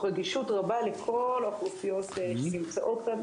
רגישות רבה לכל האוכלוסיות שנמצאות כאן.